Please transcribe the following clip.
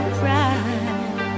pride